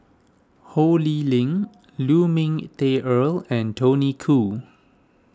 Ho Lee Ling Lu Ming Teh Earl and Tony Khoo